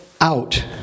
out